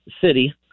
city